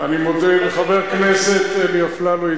אני מודה לחבר הכנסת אלי אפללו,